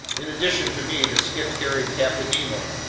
in addition to me, the skiff carried captain nemo,